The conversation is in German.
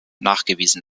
nachgewiesen